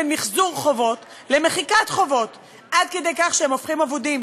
בין מחזור חובות למחיקת חובות עד כדי כך שהם הופכים אבודים.